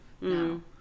No